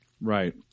Right